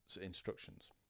instructions